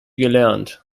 gelernt